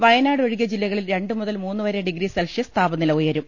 വയനാട് ഒഴികെ ജില്ലകളിൽ രണ്ട് മുതൽ മൂന്നുവരെ ഡിഗ്രി സെൽഷ്യസ് താപനില ഉയരും